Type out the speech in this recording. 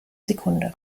sekunde